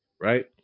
right